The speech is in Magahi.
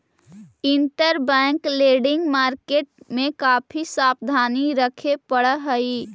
इंटरबैंक लेंडिंग मार्केट में काफी सावधानी रखे पड़ऽ हई